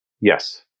yes